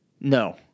No